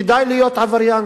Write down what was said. כדאי להיות עבריין,